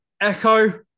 echo